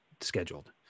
scheduled